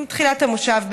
עם תחילת המושב בערך.